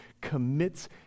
commits